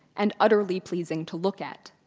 and utterly pleasing to look at,